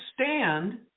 stand